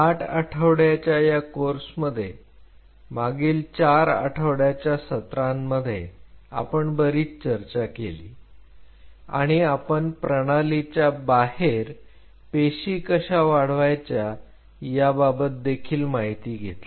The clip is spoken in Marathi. आठ आठवड्याच्या या कोर्समध्ये मागील चार आठवड्याच्या सत्रांमध्ये आपण बरीच चर्चा केली आणि प्रणालीच्या बाहेर पेशी कशा वाढवायच्या याबाबत देखील माहिती घेतली